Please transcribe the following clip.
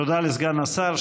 תודה לסגן השר.